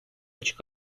açık